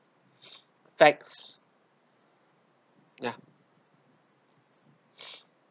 text ya